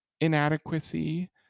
inadequacy